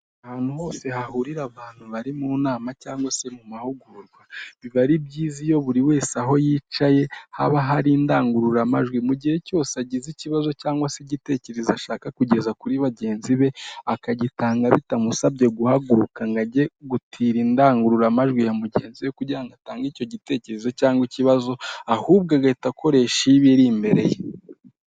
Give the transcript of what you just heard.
Ahantu hose hahurira abantu bari mu nama cyangwa se mu mahugurwa biba ari byiza iyo buri wese aho yicaye haba hari indangururamajwi mu gihe cyose agize ikibazo cyangwa se igitekerezo ashaka kugeza kuri bagenzi be akagitanga bitamusabye guhaguruka ngo ajye gutira indangururamajwi ya mugenzi we kugira ngo atange icyo gitekerezo cyangwa ikibazo, ahubwo agahita akoresha iy'ibiriri imbere ye.